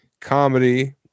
comedy